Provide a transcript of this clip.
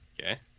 Okay